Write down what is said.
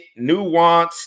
nuanced